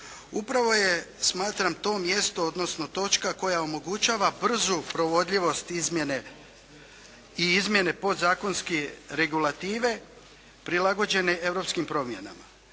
Upravo je smatram to mjesto, odnosno točka koja omogućava brzu provodljivost izmjene i izmjene podzakonske regulative prilagođene europskim promjenama.